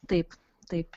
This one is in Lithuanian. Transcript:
taip taip